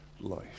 life